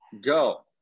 go